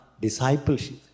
discipleship